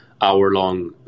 hour-long